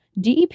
DEP